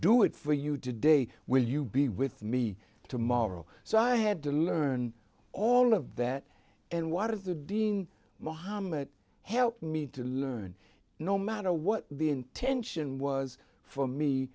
do it for you today will you be with me tomorrow so i had to learn all of that and why does the dean mohamed help me to learn no matter what the intention was for me